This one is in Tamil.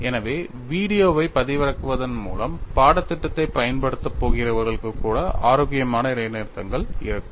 எனவே வீடியோவைப் பதிவிறக்குவதன் மூலம் பாடத்திட்டத்தைப் பயன்படுத்தப் போகிறவர்களுக்கு கூட ஆரோக்கியமான இடைநிறுத்தங்கள் இருக்கும்